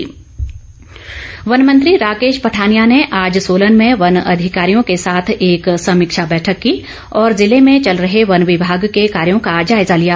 राकेश पठानिया वन मंत्री राकेश पठानिया ने आज सोलन में वन अधिकारियों के साथ एक समीक्षा बैठक की और जिले में चल रहे वन विभाग के कार्यों का जायज़ा लिया